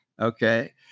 okay